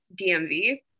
DMV